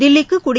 தில்லிக்கு குடி